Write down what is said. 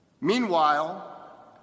Meanwhile